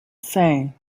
say